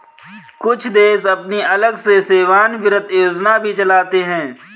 कुछ देश अपनी अलग से सेवानिवृत्त योजना भी चलाते हैं